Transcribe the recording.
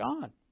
God